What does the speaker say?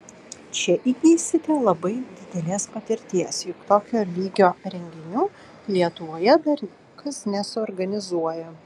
čia įgysite labai didelės patirties juk tokio lygio renginių lietuvoje dar niekas nesuorganizuoja